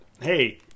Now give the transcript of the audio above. hey